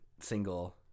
single